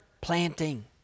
planting